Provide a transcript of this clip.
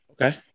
Okay